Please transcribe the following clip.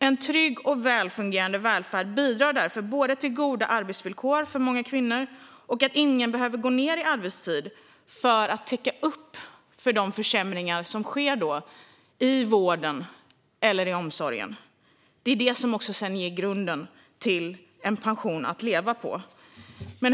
En trygg och väl fungerande välfärd bidrar därför både till goda arbetsvillkor för många kvinnor och till att ingen behöver gå ned i arbetstid för att täcka upp för de försämringar som sker i vården eller omsorgen. Det är också detta som sedan ger grunden till en pension att leva på.